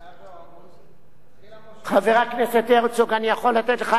חבר הכנסת הרצוג, אני יכול לתת לך לכל דבר סיבה,